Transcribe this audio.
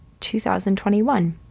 2021